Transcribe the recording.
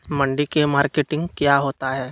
मंडी मार्केटिंग क्या होता है?